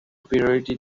priority